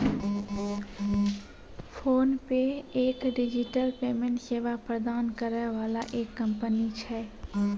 PhonePe एक digital payment सेवा प्रदान करै वाला एक कंपनी छै